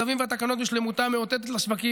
הצווים והתקנות בשלמותם מאותתת לשווקים